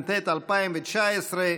התשע"ט 2019,